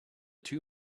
two